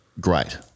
great